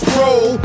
roll